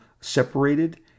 separated